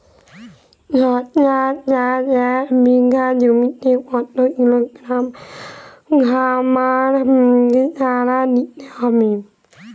শশা চাষে এক বিঘে জমিতে কত কিলোগ্রাম গোমোর সার দিতে হয়?